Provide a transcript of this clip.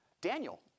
Daniel